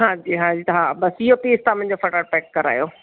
हा जी हा जी हा बसि इहो पीस तव्हां मुंहिंजो फटाफट पैक करायो